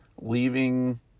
leaving